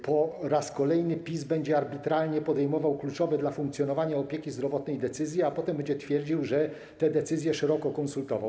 Po raz kolejny PiS będzie arbitralnie podejmował kluczowe dla funkcjonowania opieki zdrowotnej decyzje, a potem będzie twierdził, że te decyzje szeroko konsultował.